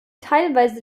teilweise